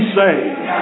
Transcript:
saved